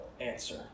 answer